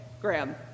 Graham